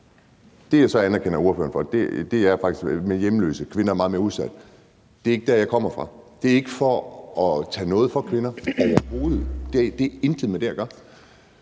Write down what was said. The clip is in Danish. Det, jeg så anerkender ordføreren for at sige, er, at hjemløse kvinder er meget mere udsatte. Det er ikke der, jeg kommer fra. Det er ikke for at tage noget fra kvinder overhovedet. Det har intet med det at gøre.